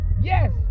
Yes